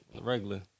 regular